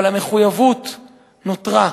אבל המחויבות נותרה.